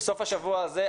בסוף השבוע הזה,